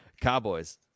Cowboys